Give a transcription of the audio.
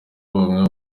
umwe